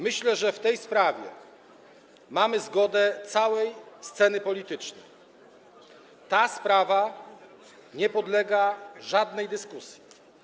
Myślę, że w tej sprawie mamy zgodę całej sceny politycznej, że ta sprawa nie podlega żadnej dyskusji.